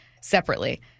separately